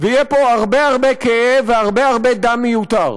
ויהיו פה הרבה הרבה כאב והרבה הרבה דם מיותר.